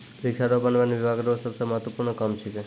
वृक्षारोपण वन बिभाग रो सबसे महत्वपूर्ण काम छिकै